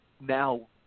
now